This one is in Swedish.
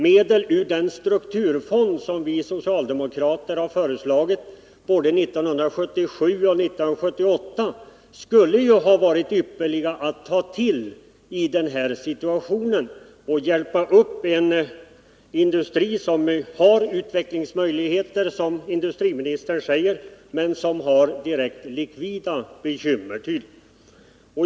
Medel ur den strukturfond som vi socialdemokrater har föreslagit både 1977 och 1978 skulle ha varit ypperligt att ta till i den här situationen för att hjälpa upp en industri som har utvecklingsmöjligheter, som industriministern säger, men som har direkta likvida bekymmer.